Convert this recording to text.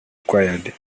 required